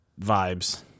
vibes